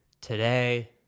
today